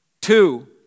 Two